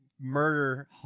murder